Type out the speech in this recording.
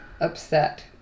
upset